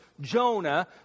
Jonah